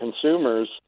consumers